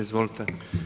Izvolite.